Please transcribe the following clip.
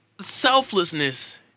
selflessness